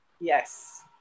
Yes